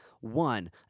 one